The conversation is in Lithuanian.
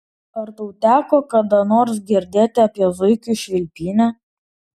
ar tau teko kada nors girdėti apie zuikių švilpynę